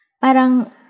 Parang